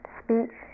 speech